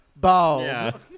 bald